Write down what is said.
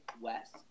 West